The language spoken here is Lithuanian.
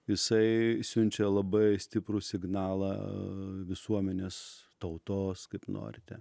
jisai siunčia labai stiprų signalą visuomenės tautos kaip norite